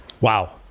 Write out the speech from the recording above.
Wow